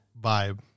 Vibe